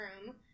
room